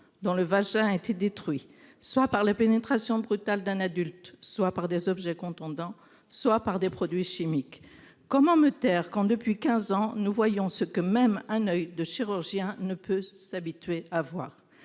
dans le vagin, été détruits, soit par la pénétration brutale d'un adulte, soit par des objets contondants, soit par des produits chimiques, comment me taire quand depuis 15 ans, nous voyons ce que même un oeil de chirurgiens ne peut s'habituer à voir,